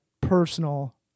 personal